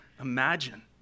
imagine